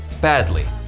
badly